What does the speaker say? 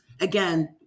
again